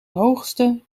hoogste